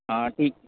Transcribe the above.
हाँ ठीक